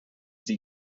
sie